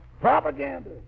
Propaganda